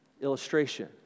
illustration